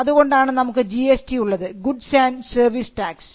അതുകൊണ്ടാണ് നമുക്ക് GST ഉള്ളത് ഗുഡ്സ് ആൻഡ് സർവീസ് ടാക്സ്